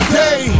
day